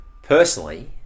Personally